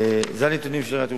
אלה הנתונים של עיריית ירושלים.